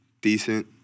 decent